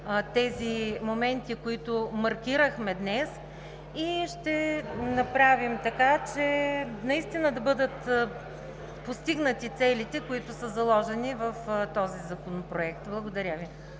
тези моменти, които маркирахме днес, ще направим така, че наистина да бъдат постигнати целите, които са заложени в този законопроект. (Шум и